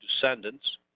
descendants